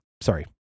Sorry